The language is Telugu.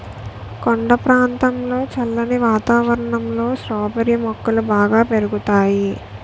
కొండ ప్రాంతంలో చల్లని వాతావరణంలో స్ట్రాబెర్రీ మొక్కలు బాగా పెరుగుతాయి